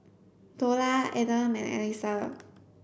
Dollah Adam and Alyssa